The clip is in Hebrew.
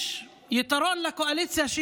יש יתרון לקואליציה,